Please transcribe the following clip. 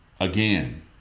Again